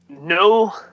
No